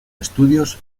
estudios